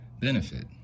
benefit